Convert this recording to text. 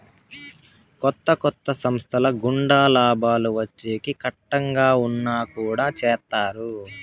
కొత్త కొత్త సంస్థల గుండా లాభాలు వచ్చేకి కట్టంగా ఉన్నా కుడా చేత్తారు